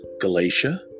Galatia